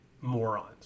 morons